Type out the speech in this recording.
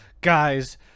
guys